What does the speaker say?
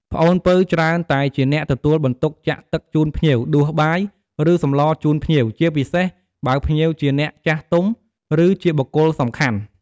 ប្អូនពៅច្រើនតែជាអ្នកទទួលបន្ទុកចាក់ទឹកជូនភ្ញៀវ ដួសបាយ ឬសម្លរជូនភ្ញៀវ ជាពិសេសបើភ្ញៀវជាអ្នកចាស់ទុំ ឬ ជាបុគ្គលសំខាន់។